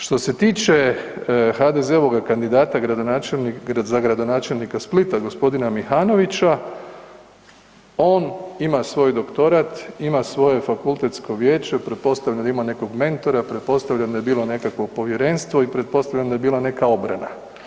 Što se tiče HDZ-ovoga kandidata gradonačelnika, za gradonačelnika Splita, g. Mihanovića, on ima svoj doktorat, ima svoje fakultetsko vijeće, pretpostavljam da je imao nekog mentora, pretpostavljam da je bilo nekakvo povjerenstvo i pretpostavljam da je bila neka obrana.